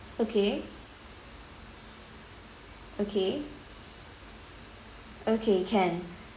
okay okay okay can